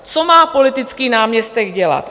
Co má politický náměstek dělat?